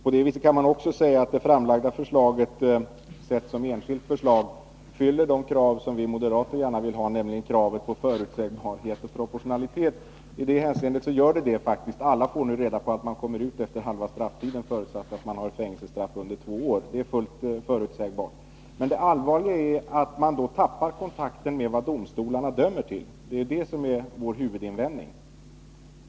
På samma sätt kan man också säga att det framlagda förslaget, sett som enskilt förslag, fyller det krav som vi moderater gärna vill ställa, nämligen kravet på förutsägbarhet och proportionalitet. I det hänseendet gör det faktiskt det; alla får nu reda på att man kommer ut efter halva strafftiden, förutsatt att man har ett fängelsestraff på under två år. Det är fullt förutsägbart. Men det allvarliga är att man då tappar kontakten med vad domstolarna dömer ut. Detta är vår huvudinvändning.